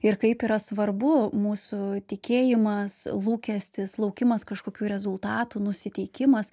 ir kaip yra svarbu mūsų tikėjimas lūkestis laukimas kažkokių rezultatų nusiteikimas